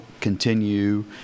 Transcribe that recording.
continue